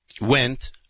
went